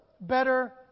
better